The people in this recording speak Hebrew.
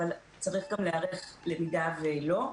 אבל צריך גם להיערך למידה ולא.